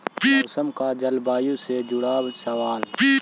मौसम और जलवायु से जुड़ल सवाल?